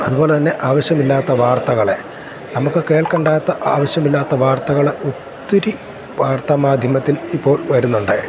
അതുപോലെ തന്നെ ആവശ്യമില്ലാത്ത വാർത്തകളെ നമുക്ക് കേൾക്കണ്ടാത്ത ആവശ്യമില്ലാത്ത വാർത്തകൾ ഒത്തിരി വാർത്ത മാധ്യമത്തിൽ ഇപ്പോൾ വരുന്നുണ്ട്